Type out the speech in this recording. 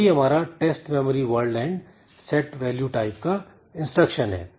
यही हमारा test memory word and set value type का इंस्ट्रक्शन है